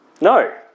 No